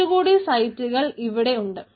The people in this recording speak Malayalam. കുറച്ചുകൂടി സൈറ്റുകൾ ഇവിടെ ഉണ്ട്